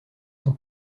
son